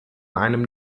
einem